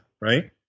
right